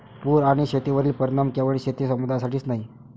पूर आणि शेतीवरील परिणाम केवळ शेती समुदायासाठीच नाही